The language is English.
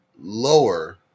lower